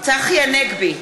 צחי הנגבי,